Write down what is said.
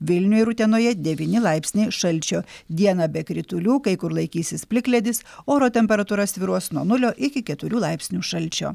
vilniuje ir utenoje devyni laipsniai šalčio dieną be kritulių kai kur laikysis plikledis oro temperatūra svyruos nuo nulio iki keturių laipsnių šalčio